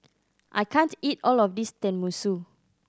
I can't eat all of this Tenmusu